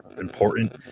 important